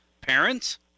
parents